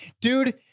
Dude